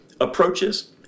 approaches